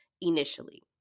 initially